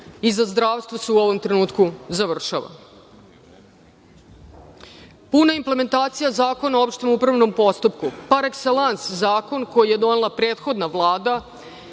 a za zdravstvo se u ovom trenutku završava. Puna implementacija Zakona o opštem upravnom postupku, par ekselans zakon koji je donela prethodna Vlada